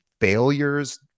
failures